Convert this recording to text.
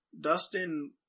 Dustin